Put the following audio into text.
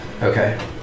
Okay